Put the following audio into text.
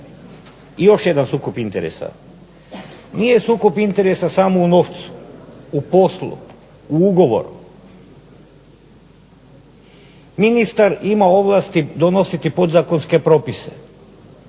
I još jedan sukob interesa. Nije sukob interesa samo u novcu, u poslu, u ugovoru. Ministar ima ovlasti donositi podzakonske propise,